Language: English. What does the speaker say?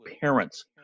parents